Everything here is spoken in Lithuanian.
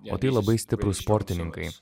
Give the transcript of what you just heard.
o tai labai stiprūs sportininkai